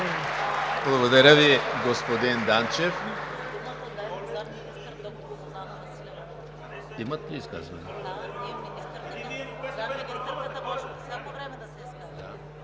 Благодаря Ви, господин Данчев.